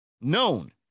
Known